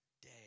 day